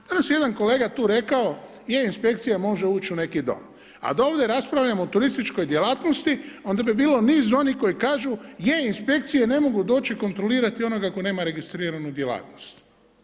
Danas je jedan kolega tu rekao je inspekcija može uć u neki dom, a da ovdje raspravljamo o turističkoj djelatnosti onda bi bilo niz onih koji kažu je inspekcije ne mogu doći kontrolirati onoga tko nema registriranu djelatnost.